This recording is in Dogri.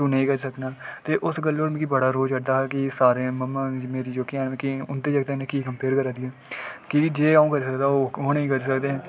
तूं नेईं करी सकना उस गल्ला पर मिगी बड़ा रोह् चढ़दा कि मेरी मम्मा जेह्कियां हैन ओह् मिगी उं'दे जागतें कन्नै कि कम्पेयर करदियां न की जे अऊं करी सकदा ओह् ओह् नेईं करी सकदे